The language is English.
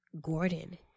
Gordon